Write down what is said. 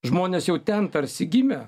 žmonės jau ten tarsi gimę